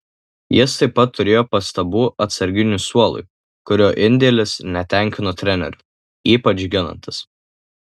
jis taip pat turėjo pastabų atsarginių suolui kurio indėlis netenkino trenerio ypač ginantis